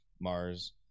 mars